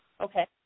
Okay